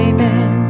Amen